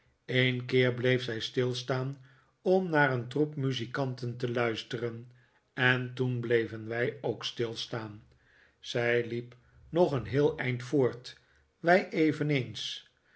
een keer bleef zij stilstaan om naar een troep muzikanten te luisteren en toen bleven wij ook stilstaan zij liep nog een heel eind voort wij eveneens